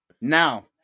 Now